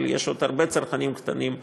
אבל יש עוד הרבה צרכנים קטנים במשק,